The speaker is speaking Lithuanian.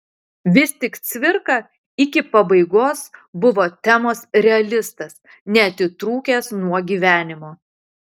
vis tik cvirka iki pabaigos buvo temos realistas neatitrūkęs nuo gyvenimo